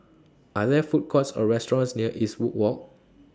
Are There Food Courts Or restaurants near Eastwood Walk